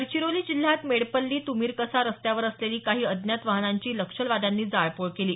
गडचिरोली जिल्ह्यात मेडपल्ली तुमीरकसा रस्त्यावर असलेली काही अज्ञात वाहनांची नक्षलवाद्यांनी जाळपोळ केली